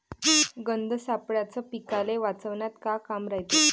गंध सापळ्याचं पीकाले वाचवन्यात का काम रायते?